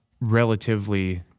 relatively